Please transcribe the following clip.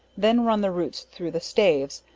then run the roots through the staves,